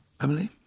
Emily